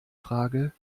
frage